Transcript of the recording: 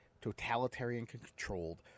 totalitarian-controlled